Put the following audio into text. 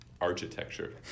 architecture